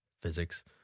physics